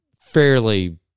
fairly